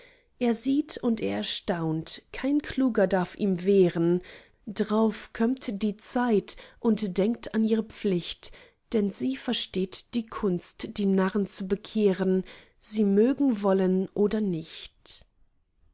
er sieht und er erstaunt kein kluger darf ihm wehren drauf kömmt die zeit und denkt an ihre pflicht denn sie versteht die kunst die narren zu bekehren sie mögen wollen oder nicht